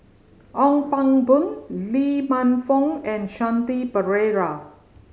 Ong Pang Boon Lee Man Fong and Shanti Pereira